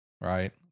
Right